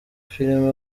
filime